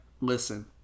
listen